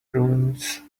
ruins